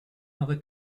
other